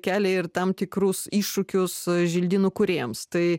kelia ir tam tikrus iššūkius želdynų kūrėjams tai